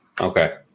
okay